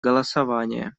голосование